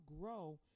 grow